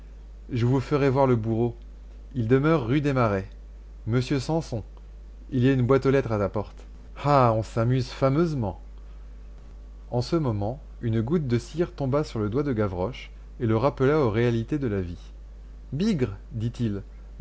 je vous ferai voir le bourreau il demeure rue des marais monsieur sanson il y a une boîte aux lettres à la porte ah on s'amuse fameusement en ce moment une goutte de cire tomba sur le doigt de gavroche et le rappela aux réalités de la vie bigre dit-il